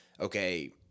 okay